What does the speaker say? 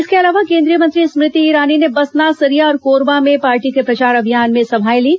इसके अलावा केंद्रीय मंत्री स्मृति ईरानी ने बसना सरिया और कोरबा में पार्टी के प्रचार अभियान में सभाएं लीं